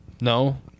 No